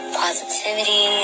positivity